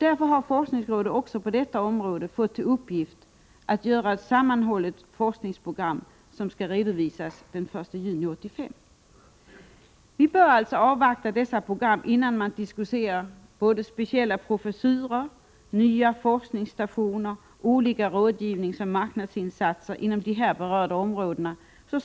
Därför har forskningsrådet också på detta område fått till uppgift att ta fram ett sammanhållet forskningsprogram, som skall redovisas den 1 juni 1985. Vi bör alltså avvakta dessa program innan man, såsom sker i reservationerna, diskuterar speciella professurer, nya forskningsstationer och olika rådgivningsoch marknadsinsatser på de här berörda områdena.